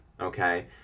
okay